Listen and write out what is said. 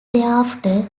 thereafter